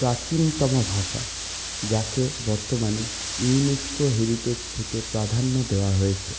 প্রাচীনতম ভাষা যাকে বর্তমানে ইউনেস্কো হেরিটেজ থেকে প্রাধান্য দেওয়া হয়েছে